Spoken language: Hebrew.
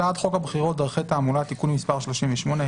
הצעת חוק הבחירות (דרכי תעמולה)(תיקון מס' 38),